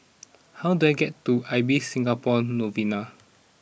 how do I get to Ibis Singapore Novena